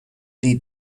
die